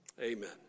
Amen